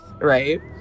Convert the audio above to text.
right